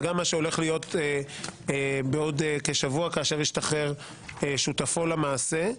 וגם מה שהולך להיות בעוד כשבוע כאשר ישתחרר שותפו למעשה,